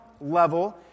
level